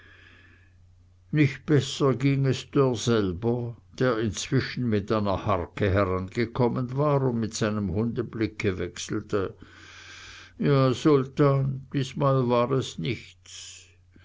nicht besser erging es dörr selber der inzwischen mit einer harke herangekommen war und mit seinem hunde blicke wechselte ja sultan diesmal war es nichts